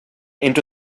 into